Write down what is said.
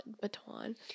baton